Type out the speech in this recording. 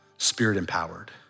Spirit-empowered